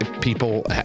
people